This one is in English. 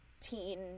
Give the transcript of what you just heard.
teen